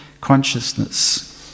consciousness